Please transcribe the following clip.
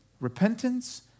repentance